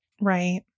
Right